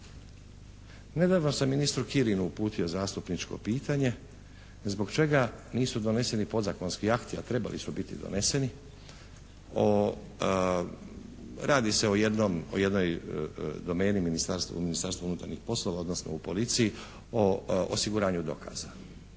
Nedavno sam ministru Kirinu uputio zastupničko pitanje zbog čega nisu doneseni podzakonski akti a trebali su biti doneseni o radi se o jednoj domeni Ministarstva unutarnjih poslova odnosno u policiji o osiguranju dokaza.